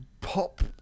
pop